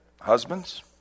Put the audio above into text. husbands